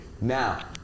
Now